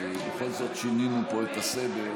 כי בכל זאת שינינו פה את הסדר,